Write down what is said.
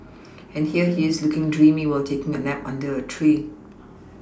and here he is looking dreamy while taking a nap under a tree